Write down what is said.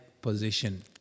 position